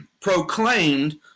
proclaimed